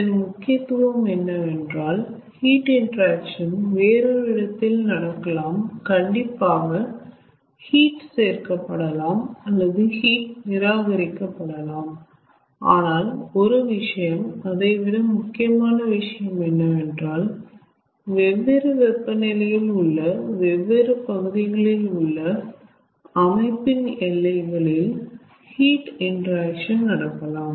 இதன் முக்கியத்துவம் என்னவென்றால் ஹீட் இன்டெராக்சன் வேறொரு இடத்தில் நடக்கலாம் கண்டிப்பாக ஹீட் சேர்க்கப்படலாம் அல்லது ஹீட் நிராகரிக்கப்படலாம் ஆனால் ஒரு விஷயம் அதைவிட முக்கியமான விஷயம் என்னவென்றால் வெவ்வேறு வெப்பநிலையில் உள்ள வெவ்வேறு பகுதிகளில் உள்ள அமைப்பின் எல்லைகளில் ஹீட் இன்டராக்க்ஷன் நடக்கலாம்